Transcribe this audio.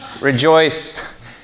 Rejoice